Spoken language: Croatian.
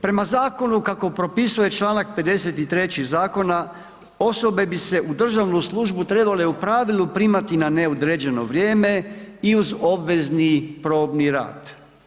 Prema zakonu, kako propisuje čl. 53. zakona, osobe bi se u državnu službu trebale u pravilu primati na neodređeno vrijeme i uz obvezni probni rad.